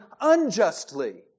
unjustly